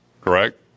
correct